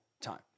time